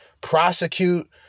prosecute